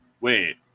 Wait